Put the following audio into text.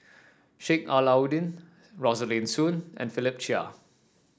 Sheik Alau'ddin Rosaline Soon and Philip Chia